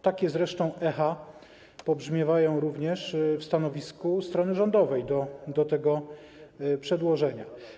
Takie zresztą echa pobrzmiewają również w stanowisku strony rządowej wobec tego przedłożenia.